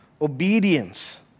obedience